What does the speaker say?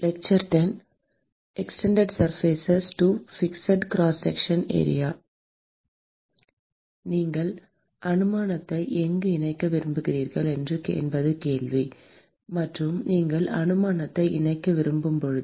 விரிவாக்கப்பட்ட மேற்பரப்புகள் II நிலையான குறுக்கு வெட்டு பகுதி நீங்கள் அனுமானத்தை எங்கு இணைக்க விரும்புகிறீர்கள் என்பது கேள்வி மற்றும் நீங்கள் அனுமானத்தை இணைக்க விரும்பும் போது